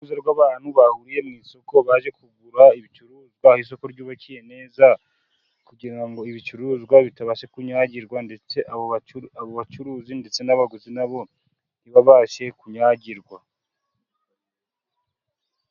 Urujya n'uruza rw'abantu bahuriye mu isoko baje kugura ibicuruzwa, isoko ryubakiye neza kugira ngo ibicuruzwa bitabasha kunyagirwa, ndetse abo bacuruzi ndetse n'abaguzi nabo ntibabashe kunyagirwa.